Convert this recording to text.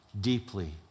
deeply